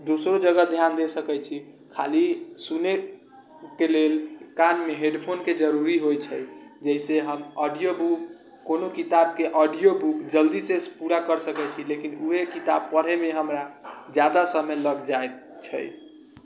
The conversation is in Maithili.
दुसरो जगह ध्यान दे सकै छी खाली सुनेके लेल कानमे हेडफोन के जरुरी होइ छै जाहिसे हम ऑडियो बुक कोनो किताबके औडियो बुक जल्दी से पूरा कर सकै छी लेकिन वएहे किताब पढ़ेमे हमरा जादा समय लग जाइत छै